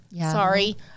Sorry